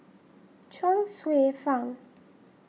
Chuang Hsueh Fang